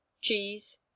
cheese